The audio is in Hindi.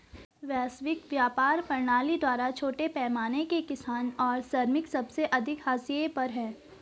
वैश्विक व्यापार प्रणाली द्वारा छोटे पैमाने के किसान और श्रमिक सबसे अधिक हाशिए पर हैं